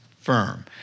firm